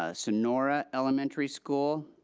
ah sonora elementary school,